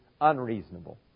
unreasonable